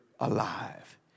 alive